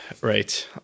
Right